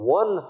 one